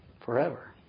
forever